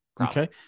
Okay